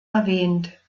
erwähnt